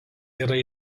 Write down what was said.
yra